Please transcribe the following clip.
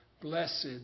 Blessed